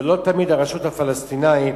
ולא תמיד הרשות הפלסטינית